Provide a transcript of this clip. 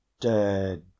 Dead